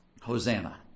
Hosanna